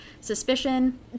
suspicion